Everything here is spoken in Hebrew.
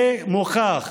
זה מוכח,